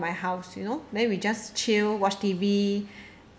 my house you know then we just chill watch T_V